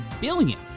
billion